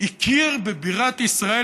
הכיר בבירת ישראל?